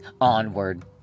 onward